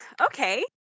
Okay